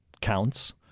counts